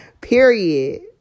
Period